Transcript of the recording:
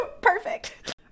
Perfect